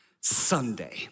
Sunday